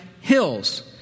hills